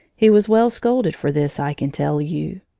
he was well scolded for this, i can tell you.